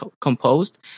composed